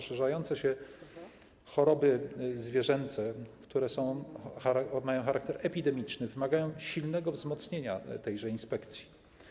Szerzące się choroby zwierzęce, które mają charakter epidemiczny, wymagają silnego wzmocnienia tejże inspekcji.